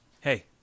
hey